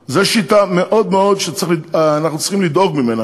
זה שאני לא מבין,